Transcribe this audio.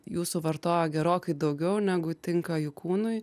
jų suvartoja gerokai daugiau negu tinka jų kūnui